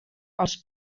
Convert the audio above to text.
als